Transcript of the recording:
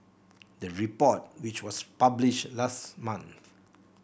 the report which was published last month